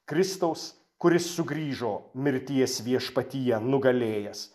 kristaus kuris sugrįžo mirties viešpatiją nugalėjęs